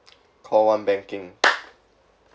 call one banking